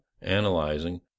analyzing